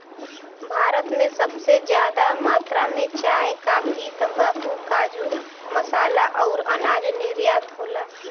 भारत से सबसे जादा मात्रा मे चाय, काफी, तम्बाकू, काजू, मसाला अउर अनाज निर्यात होला